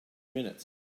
minutes